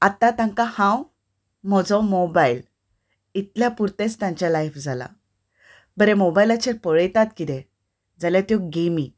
आतां तांकां हांव म्हजो मोबायल इतलें पुरतेंच तांचें लायफ जालां बरें मोबायलाचेर पळयतात कितें जाल्यार त्यो गेमी